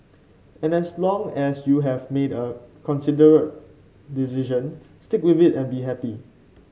and as long as you have made a considered decision stick with it and be happy